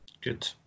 Good